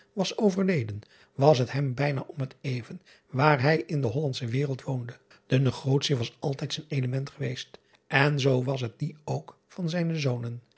was overleden was het hem bijna om het even waar hij in de ollandsche wereld woonde e negotie was altijd zijn element geweest en zoo was het die ook van zijne zonen